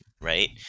right